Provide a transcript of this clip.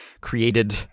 created